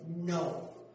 no